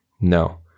No